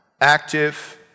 active